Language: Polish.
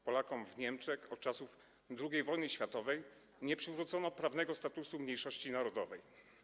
Polakom w Niemczech od czasów II wojny światowej nie przywrócono prawnego statusu mniejszości narodowej.